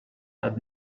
had